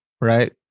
right